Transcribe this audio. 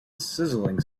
sizzling